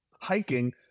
hiking